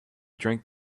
drink